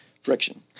Friction